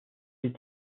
est